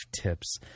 tips